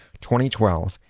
2012